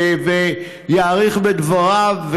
ויאריך בדבריו,